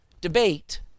debate